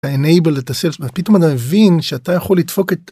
פתאום אתה מבין שאתה יכול לדפוק את.